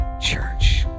church